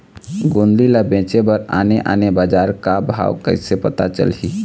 गोंदली ला बेचे बर आने आने बजार का भाव कइसे पता चलही?